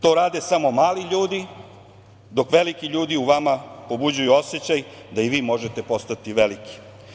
To rade samo mali ljudi, dok veliki ljudi u vama pobuđuju osećaj da i vi možete postati veliki.